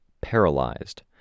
paralyzed